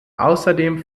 außerdem